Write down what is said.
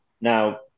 Now